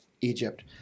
Egypt